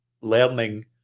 learning